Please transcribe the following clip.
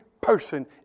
person